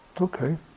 Okay